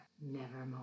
nevermore